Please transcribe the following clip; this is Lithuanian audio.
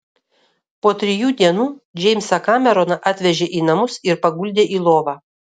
po trijų dienų džeimsą kameroną atvežė į namus ir paguldė į lovą